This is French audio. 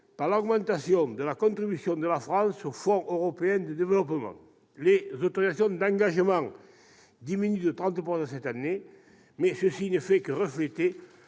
par l'augmentation de la contribution de la France au Fonds européen de développement. Les autorisations d'engagement diminuent de 30 %, mais cette baisse ne fait que refléter